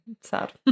sad